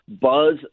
buzz